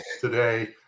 today